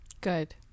Good